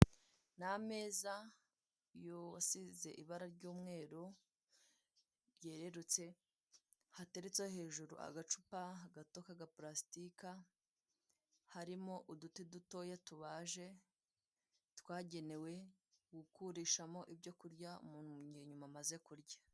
Ni ameza asize ibara ry'umweru ryererutse hateretseho hejuru agacupa gato k'agapurasitika, harimo uduti dutoya tubaje twagenewe gukurishamo ibyo kurya umuntu mu gihe nyuma amaze kurya.